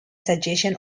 suggestion